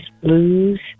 blues